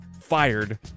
fired